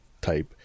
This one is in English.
type